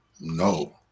no